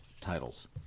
titles